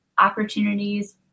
opportunities